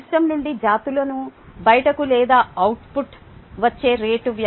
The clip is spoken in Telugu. సిస్టమ్ నుండి జాతులను బయటకు లేదా అవుట్పుట్ వచ్చే రేటు rout